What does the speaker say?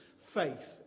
faith